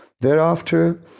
Thereafter